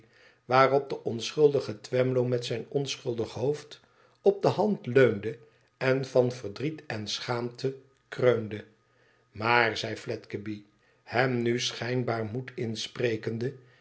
waarop de onschuldige twemlow met zijn onschuldig hoofd op de hand leunde en van verdriet en schaamte kreunde imaar zei fledgeby hem nu schijnbaar moed insprekende